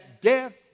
death